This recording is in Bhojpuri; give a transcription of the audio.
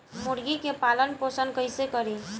मुर्गी के पालन पोषण कैसे करी?